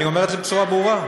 אני אומר את זה בצורה ברורה,